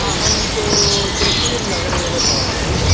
अहं तु त्रिशूर् नगरे एव भवामि